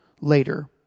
Later